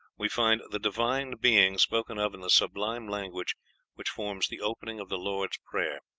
we find the divine being spoken of in the sublime language which forms the opening of the lord's prayer.